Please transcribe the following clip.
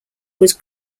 was